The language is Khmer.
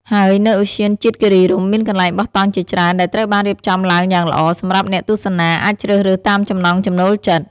ហើយនៅឧទ្យានជាតិគិរីរម្យ មានកន្លែងបោះតង់ជាច្រើនដែលត្រូវបានរៀបចំឡើងយ៉ាងល្អ សម្រាប់អ្នកទស្សនាអាចជ្រើសរើសតាមចំណង់ចំណូលចិត្ត។